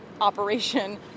operation